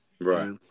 right